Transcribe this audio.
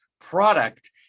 product